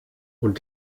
und